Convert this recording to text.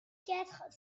quatre